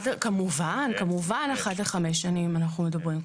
כמובן, כמובן אחת לחמש שנים אנחנו מדברים.